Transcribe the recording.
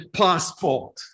passport